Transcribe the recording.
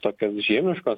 tokios žiemiškos